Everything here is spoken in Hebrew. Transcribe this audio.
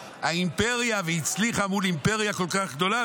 האימפריה והצליחה מול אימפריה כל כך גדולה,